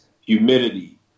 humidity